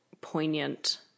poignant